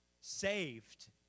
saved